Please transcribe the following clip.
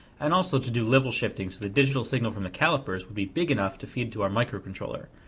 and also to do level shifting so the digital signal from the calipers would be big enough to feed to our microcontroller.